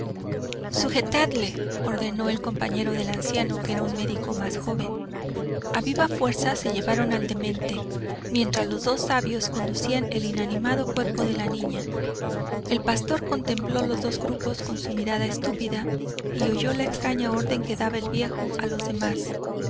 sujetadle ordenó el compañero del anciano que era un médico más joven a viva fuerza se llevaron al demente mientras los dos sabios conducían el inanimado cuerpo de la niña el pastor contempló los dos grupos con su mirada estúpida y oyó la extraña orden que daba el viejo a los demás